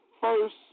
first